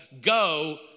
go